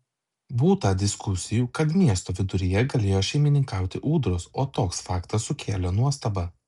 būta diskusijų kad miesto viduryje galėjo šeimininkauti ūdros o toks faktas sukėlė nuostabą